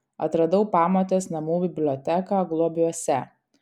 atradau pamotės namų biblioteką globiuose